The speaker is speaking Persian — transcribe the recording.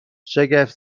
شگفت